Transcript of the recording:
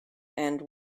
and